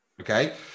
Okay